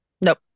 Nope